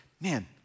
man